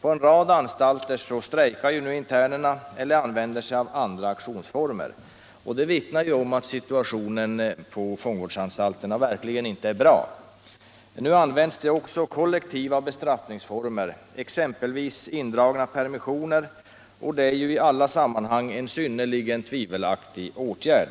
På en rad anstalter strejkar nu internerna eller tillgriper andra aktionsformer, och det vittnar om att situationen på fång vårdsanstalterna verkligen inte är bra. Nu används också kollektiva bestraffningsformer, exempelvis indragning av permissioner, och det är i alla sammanhang en synnerligen tvivelaktig åtgärd.